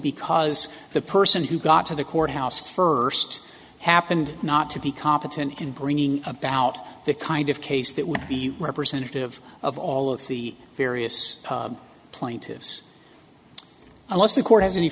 because the person who got to the courthouse first happened not to be competent in bringing about the kind of case that would be representative of all of the various plaintiffs unless the court has any